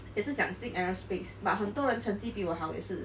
也是想进 aerospace but 很多人成绩比我好也是